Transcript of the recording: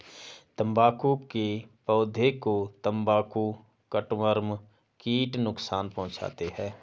तंबाकू के पौधे को तंबाकू कटवर्म कीट नुकसान पहुंचाते हैं